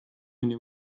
mõni